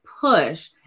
push